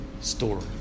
story